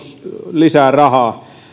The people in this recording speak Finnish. lisää rahaa